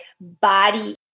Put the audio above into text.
body